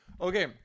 Okay